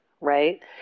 right